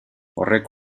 horrek